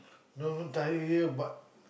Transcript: not even you tired here but